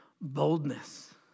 boldness